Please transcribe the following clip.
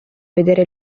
vedere